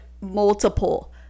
multiple